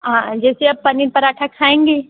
हाँ जैसे आप पनीर पराठा खाएँगी